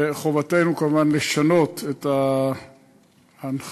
חובתנו כמובן לשנות את ההנחיות,